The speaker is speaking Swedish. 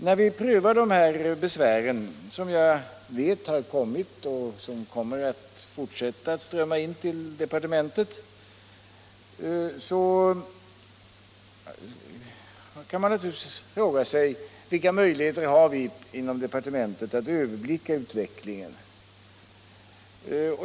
När departementet prövar dessa besvär som har ingivits och som kommer att fortsätta att strömma in, så kan man naturligtvis fråga sig: Vilka möjligheter har vi inom departementet att överblicka utvecklingen?